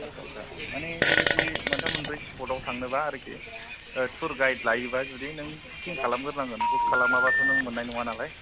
आच्छा आच्छा माने बिबादि मोनथाम मोनब्रै स्फिदाव थांनोबा आरोखि थुर गाइद लायोबा नों बुखिं खालाम ग्रोनांगोन बुख खालामाबाथ' नों मोननाय नङा नालाय